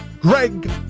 greg